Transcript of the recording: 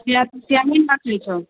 जितिआ तितिआ नहि मानै छहो